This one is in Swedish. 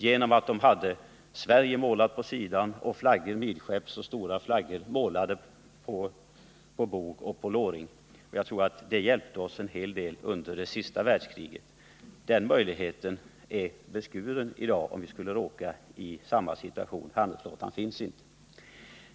Det hade målats ”Sverige” på sidan. Vidare fanns det flaggor midskepps, och stora flaggor hade målats på bog och låring. Jag tror att lejdtrafiken hjälpte oss en hel del under andra världskriget. Skulle vi råka i samma situation, är dessa möjligheter beskurna i dag: En tillräcklig handelsflotta finns inte.